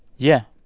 yeah.